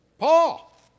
Paul